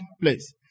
place